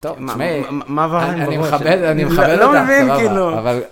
-טוב, תשמעי.. -מה עבר לנו בראש? - אני מכבד... אני מכבד אותך סבבה אבל... -אני לא מבין כאילו